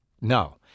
no